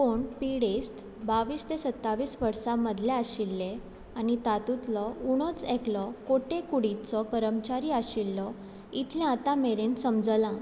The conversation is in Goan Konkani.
पूण पिडेस्त बावीस ते सत्तावीस वर्सां मदले आशिल्ले आनी तातूंतलो उणच एकलो कोटेकुडीचो कर्मचारी आशिल्लो इतलें आतां मेरेन समजलां